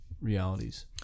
realities